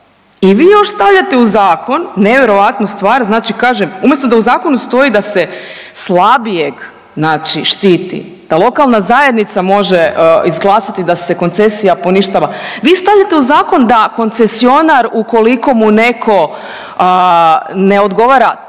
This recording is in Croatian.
i vi još stavljate u zakon nevjerojatnu stvar, znači kažem, umjesto da u zakonu stoji da se slabijeg znači štiti, da lokalna zajednica može izglasati da se koncesija poništava, vi stavljate u zakon da koncesionar, ukoliko mu netko ne odgovara,